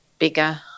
Bigger